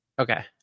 okay